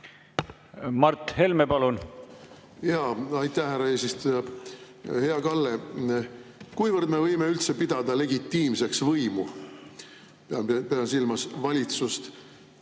Mart Helme, palun!